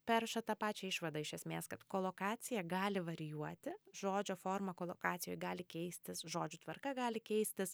perša tą pačią išvadą iš esmės kad kolokacija gali varijuoti žodžio forma kolokacijų gali keistis žodžių tvarka gali keistis